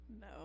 No